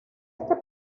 este